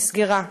נסגרה.